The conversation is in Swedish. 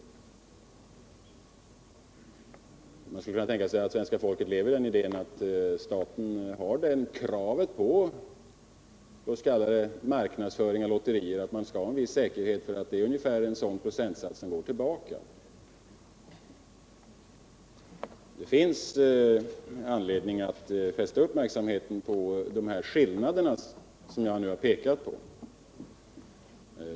Man skulle kunna tänka sig att svenska folket lever i den tron att staten har det kravet på den s.k. marknadsföringen av lotterier att det skall finnas en viss säkerhet för att ungefär en sådan procentsats går tillbaka till lottköparna. Det finns anledning att fästa uppmärksamheten på de skillnader som jag nu pekat på.